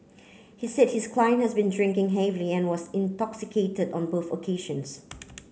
he said his client has been drinking heavily and was intoxicated on both occasions